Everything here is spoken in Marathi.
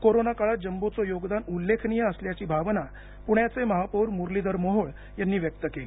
कोरोनाकाळात जम्बोचे योगदान उल्लेखनीय असल्याची भावना महापौर मुरलीधर मोहोळ यांनी व्यक्त केली